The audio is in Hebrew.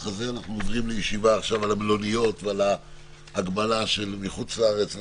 ונעבור לישיבה על המלוניות ועל ההגבלה על השבים מחוץ לארץ וכו'.